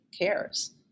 cares